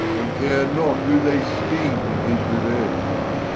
and care not who they sting in his reuenge.